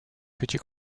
petits